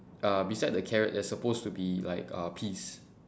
uh beside the carrot there's supposed to be like uh peas